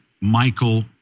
Michael